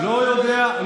של נעליך מעל רגליך.